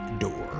door